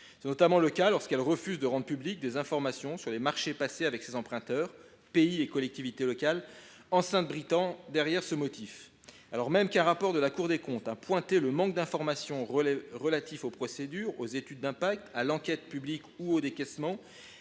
C’est notamment le cas, lorsqu’elle refuse de rendre publiques des informations sur les marchés passés avec ses emprunteurs, pays et collectivités locales, en s’abritant derrière ce motif. Alors même qu’un rapport de la Cour des comptes a pointé le manque d’informations relatives aux procédures, aux études d’impact, à l’enquête publique ou au décaissement,